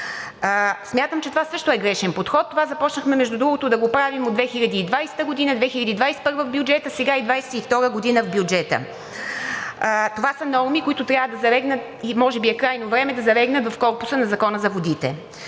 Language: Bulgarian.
Смятам, че това също е грешен подход. Това започнахме, между другото, да го правим от 2020 г., 2021 г., а сега и в бюджета на 2022 г. Това са норми, които трябва да залегнат, и може би е крайно време да залегнат в корпуса на Закона за водите.